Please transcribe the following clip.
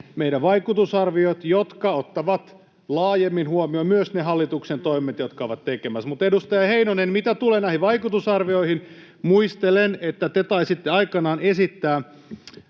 meidän vaikutusarviot, jotka ottavat laajemmin huomioon myös ne hallituksen toimet, jotka se on tekemässä. Mutta, edustaja Heinonen, mitä tulee näihin vaikutusarvioihin, muistelen, että te taisitte aikanaan esittää,